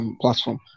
platform